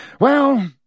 Well